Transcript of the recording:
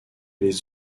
les